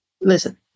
Listen